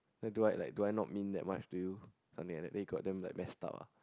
do I like do I like not mean much to you something like that then it go them like messed up ah